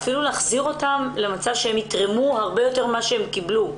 אפילו להביא אותן למצב שהן יתרמו הרבה יותר ממה שהן קיבלו.